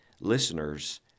listeners